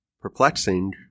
perplexing